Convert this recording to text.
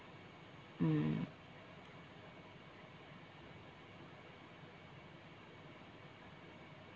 mm